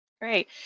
Great